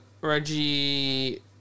reggie